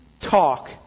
talk